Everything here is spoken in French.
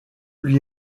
lui